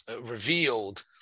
revealed